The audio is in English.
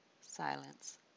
Silence